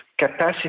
capacity